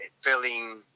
filling